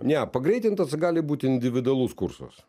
ne pagreitintas gali būti individualus kursas